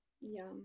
Yum